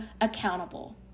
accountable